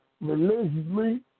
religiously